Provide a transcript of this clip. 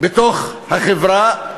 בתוך החברה,